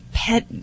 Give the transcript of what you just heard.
pet